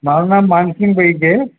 મારું નામ માનસિંગભઈ છે